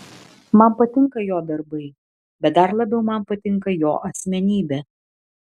man patinka jo darbai bet dar labiau man patinka jo asmenybė